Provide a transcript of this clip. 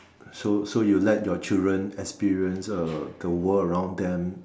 so so you let your children experience uh the world around them